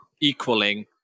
equaling